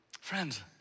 Friends